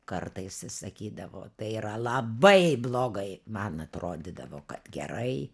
kartais jis sakydavo tai yra labai blogai man atrodydavo kad gerai